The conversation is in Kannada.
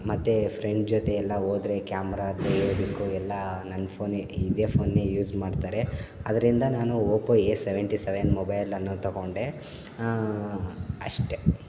ಮತ್ತು ಫ್ರೆಂಡ್ ಜೊತೆಯೆಲ್ಲ ಹೋದ್ರೆ ಕ್ಯಾಮ್ರಾ ತೆಗಿಯೋದಕ್ಕು ಎಲ್ಲ ನನ್ನ ಫೋನೇ ಇದೆ ಫೋನೇ ಯೂಸ್ ಮಾಡ್ತಾರೆ ಅದರಿಂದ ನಾನು ಓಪೋ ಎ ಸೆವೆಂಟಿ ಸೆವೆನ್ ಮೊಬೈಲನ್ನು ತಗೊಂಡೆ ಅಷ್ಟೇ